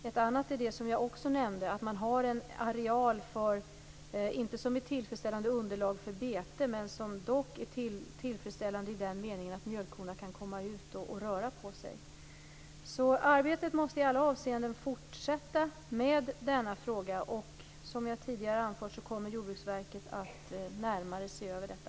Ett annat är det som jag också nämnde, att man har en areal som visserligen inte är ett tillfredsställande underlag för bete, men som dock är tillfredsställande i den meningen att mjölkkorna kan komma ut och röra på sig. Arbetet med denna fråga måste i alla avseenden fortsätta. Som jag tidigare har anfört kommer Jordbruksverket att närmare se över detta.